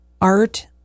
art